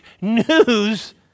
news